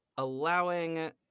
allowing